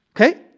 okay